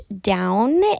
down